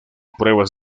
pruebas